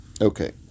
Okay